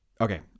Okay